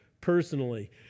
personally